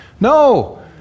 No